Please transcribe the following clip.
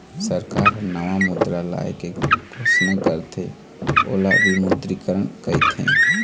सरकार ह नवा मुद्रा लाए के घोसना करथे ओला विमुद्रीकरन कहिथें